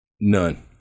None